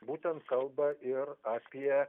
būtent kalba ir apie